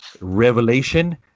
Revelation